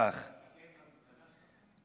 כך, הוא התפקד למפלגה שלכם?